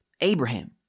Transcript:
Abraham